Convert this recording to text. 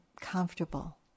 comfortable